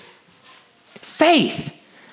Faith